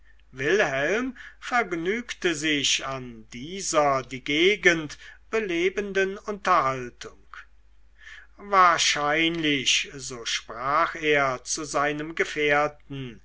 wilhelm vergnügte sich so an dieser die gegend belebenden unterhaltung wahrscheinlich so sprach er zu seinem gefährten